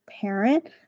parent